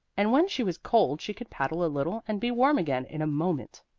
and when she was cold she could paddle a little and be warm again in a moment.